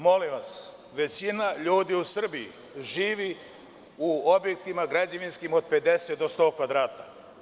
Molim vas, većina ljudi u Srbiji živi u objektima građevinskim od 50 do 100 kvadrata.